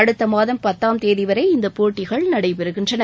அடுத்தமாதம் பத்தாம் தேதிவரை இந்தப் போட்டிகள் நடைபெறுகின்றன